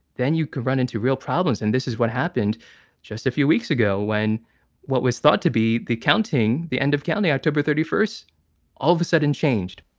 then you can run into real problems. and this is what happened just a few weeks ago when what was thought to be the counting, the end of county, october thirty first, all of a sudden changed,